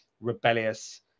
rebellious